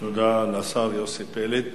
תודה לשר יוסי פלד.